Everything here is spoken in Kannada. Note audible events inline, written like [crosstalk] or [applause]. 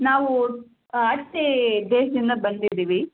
ನಾವು [unintelligible] ದೇಶದಿಂದ ಬಂದಿದ್ದೀವಿ